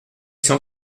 cent